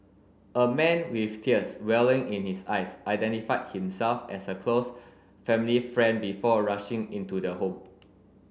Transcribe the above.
a man with tears welling in his eyes identified himself as a close family friend before rushing into the home